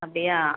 அப்படியா